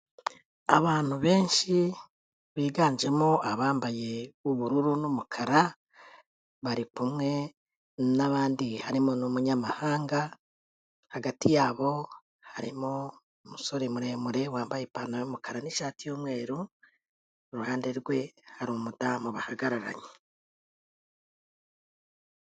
Abantu benshi biganjemo abambaye ubururu n'umukara, bari kumwe n'abandi harimo n'umunyamahanga, hagati yabo harimo umusore muremure wambaye ipantaro y'umukara n'ishati y'umweru, iruhande rwe hari umudamu bahagararanye.